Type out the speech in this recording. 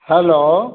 hello